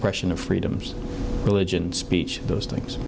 suppression of freedoms religion speech those things